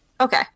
Okay